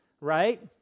right